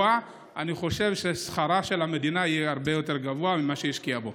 אני חושב ששכרה של המדינה יהיה הרבה יותר גבוה ממה שהיא השקיעה בו.